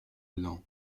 blanc